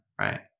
right